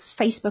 Facebook